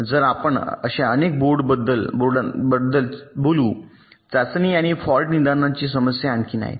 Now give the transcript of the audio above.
तर जर आपण अशा अनेक बोर्डांबद्दल बोलू चाचणी आणि फॉल्ट निदानाची समस्या आणखी आहे